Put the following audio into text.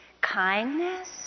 kindness